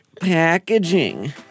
Packaging